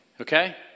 okay